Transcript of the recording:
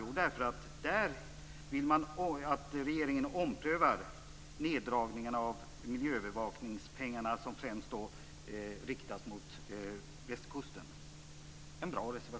Jo, därför att man där vill att regeringen omprövar den neddragning av miljöövervakningspengar som främst riktas till västkusten. Det är en bra reservation.